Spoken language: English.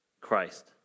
Christ